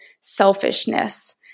selfishness